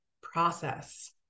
process